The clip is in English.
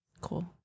Cool